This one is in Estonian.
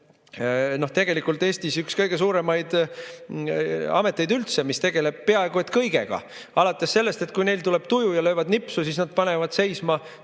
meil tegelikult Eestis üks kõige suuremaid ameteid üldse, mis tegeleb peaaegu kõigega, alates sellest, et kui neil tuleb tuju ja nad löövad nipsu, siis nad panevad seisma